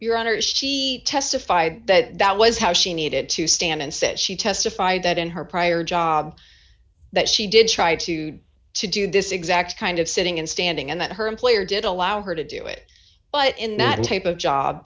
honor she testified that that was how she needed to stand and said she testified that in her prior job that she did try to to do this exact kind of sitting and standing and that her employer did allow her to do it but in that type of job